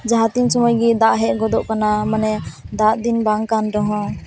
ᱡᱟᱦᱟᱸ ᱛᱤᱱ ᱥᱚᱢᱚᱭ ᱜᱮ ᱫᱟᱜ ᱦᱮᱡ ᱜᱚᱫᱚᱜ ᱠᱟᱱᱟ ᱢᱟᱱᱮ ᱫᱟᱜ ᱫᱤᱱ ᱵᱟᱝ ᱠᱟᱱ ᱨᱮᱦᱚᱸ